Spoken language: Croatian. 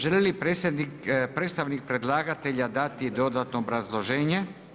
Želi li predstavnik predlagatelja dati dodatno obrazloženje?